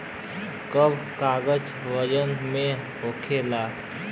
सब कागज वजन में हल्का होला